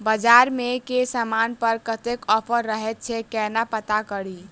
बजार मे केँ समान पर कत्ते ऑफर रहय छै केना पत्ता कड़ी?